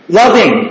loving